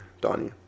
Donnie